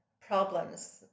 problems